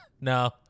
No